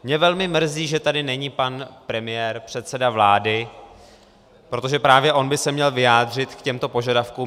Mě velmi mrzí, že tady není pan premiér, předseda vlády, protože právě on by se měl vyjádřit k těmto požadavkům.